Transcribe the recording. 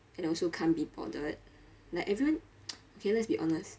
and also can't be bothered like everyone okay let's be honest